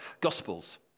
gospels